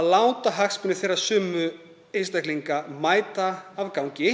að láta hagsmuni þeirra sömu einstaklinga mæta afgangi